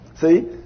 See